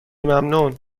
ممنون